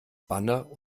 banner